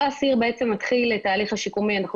אותו אסיר בעצם מתחיל את תהליך השיקום שלו - אנחנו